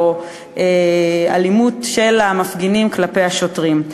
או אלימות של המפגינים כלפי השוטרים.